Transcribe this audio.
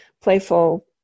playful